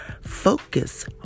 Focus